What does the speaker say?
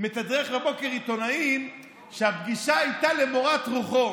מתדרך בבוקר עיתונאים שהפגישה הייתה למורת רוחו.